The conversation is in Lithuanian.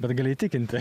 bet gali įtikinti